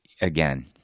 Again